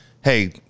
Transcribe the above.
hey